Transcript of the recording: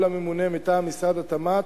או לממונה מטעם משרד התמ"ת,